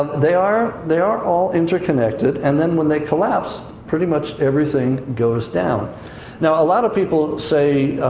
they are, they are all interconnected. and then when they collapse, pretty much everything goes down now, a lot of people say,